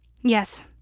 Yes